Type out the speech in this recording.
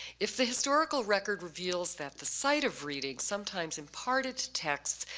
if the historical record reveals that the site of reading sometimes imparted to text,